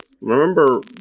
remember